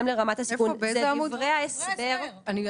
דברי ההסבר,